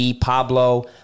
Pablo